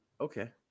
Okay